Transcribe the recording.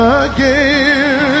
again